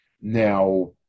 Now